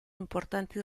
importanti